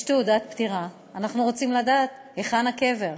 ויש תעודת פטירה, אנחנו רוצים לדעת היכן הקבר.